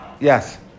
yes